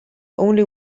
only